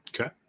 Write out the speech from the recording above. Okay